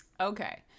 Okay